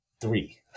three